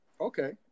Okay